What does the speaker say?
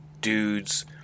dudes